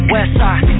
Westside